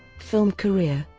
film career